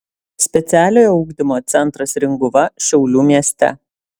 specialiojo ugdymo centras ringuva šiaulių mieste